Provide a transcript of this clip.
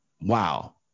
wow